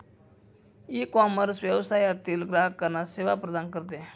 ecommerce व्यवसायातील ग्राहकांना सेवा प्रदान करते